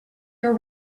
your